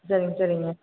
சரிங்க சரிங்க